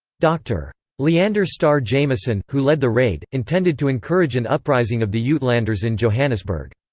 dr. leander starr jameson, who led the raid, intended to encourage an uprising of the yeah uitlanders in johannesburg.